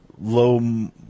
low